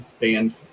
band